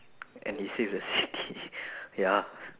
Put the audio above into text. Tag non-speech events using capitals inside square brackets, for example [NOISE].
and he saved the [LAUGHS] city [BREATH] ya